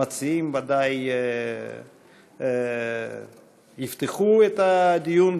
המציעים ודאי יפתחו את הדיון.